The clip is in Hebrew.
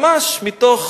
ממש מתוך